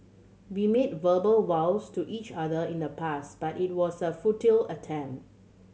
we made verbal vows to each other in the past but it was a futile attempt